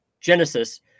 Genesis